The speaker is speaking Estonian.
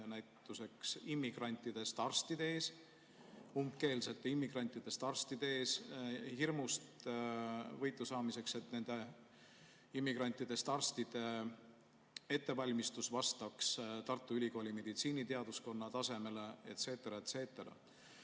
hirmule immigrantidest arstide ees, umbkeelsete immigrantidest arstide ees, hirmust võitu saamiseks peaks nende immigrantidest arstide ettevalmistus vastama Tartu Ülikooli meditsiiniteaduskonna tasemele, et cetera, et cetera.